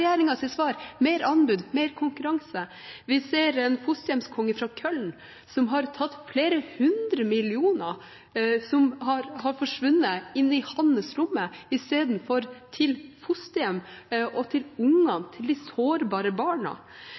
svar? Mer anbud, mer konkurranse. Vi ser en fosterhjemskonge fra Köln som har tatt flere hundre millioner som har forsvunnet inn i hans lomme, istedenfor at de har gått til fosterhjem og til ungene, til de sårbare barna.